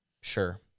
sure